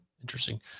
interesting